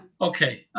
Okay